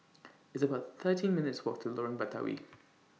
It's about thirteen minutes' Walk to Lorong Batawi